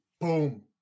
boom